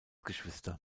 geschwister